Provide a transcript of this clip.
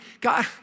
God